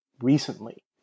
recently